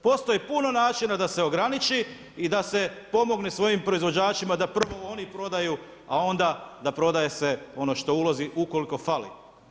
Postoji puno načina da se ograniči i da se pomogne svojim proizvođačima da prvo oni prodaju a onda prodaje se ono što ulazi ukoliko fali.